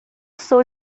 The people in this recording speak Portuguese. sou